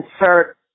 insert